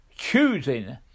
Choosing